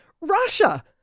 Russia